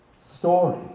story